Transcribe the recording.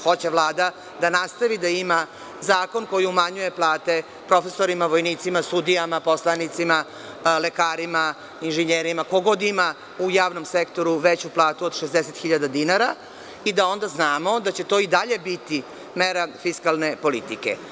Hoće Vlada da nastavi da ima zakon koji umanjuje plate profesorima, vojnicima, sudijama, poslanicima, lekarima, inženjerima, ko god ima u javnom sektoru veću platu od 60.000 dinara i da onda znamo da će to i dalje biti mera fiskalne politike.